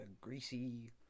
greasy